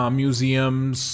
museums